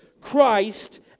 Christ